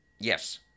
Yes